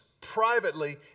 privately